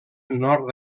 nord